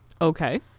okay